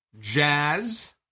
Jazz